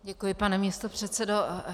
Děkuji, pane místopředsedo.